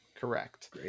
Correct